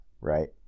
right